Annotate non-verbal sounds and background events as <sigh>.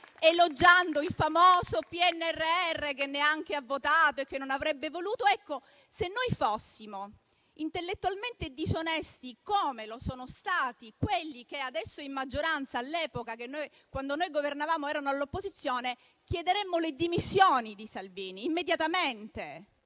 elogiando il famoso PNRR, che neanche ha votato e che non avrebbe voluto. <applause> Ecco, se noi fossimo intellettualmente disonesti, come lo sono stati quelli che adesso sono in maggioranza e all'epoca, quando noi governavamo, erano all'opposizione, chiederemmo le dimissioni di Salvini immediatamente.